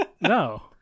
no